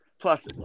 Plus